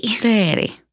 Daddy